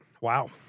Wow